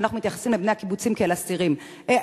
שאנחנו מתייחסים לבני הקיבוצים כאל אריסים.